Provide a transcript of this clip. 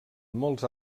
molts